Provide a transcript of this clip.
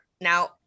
Now